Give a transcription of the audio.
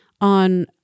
on